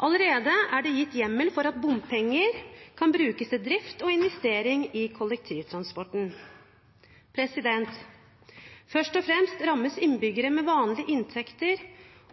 Allerede er det gitt hjemmel for at bompenger kan brukes til drift og investering i kollektivtransporten. Først og fremst rammes innbyggere med vanlige inntekter,